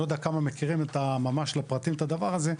אני לא יודע כמה מכירים ממש לפרטים את הדבר הזה,